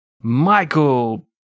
Michael